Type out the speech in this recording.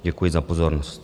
Děkuji za pozornost.